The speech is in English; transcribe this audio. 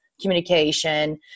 communication